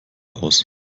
aus